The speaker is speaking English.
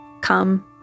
Come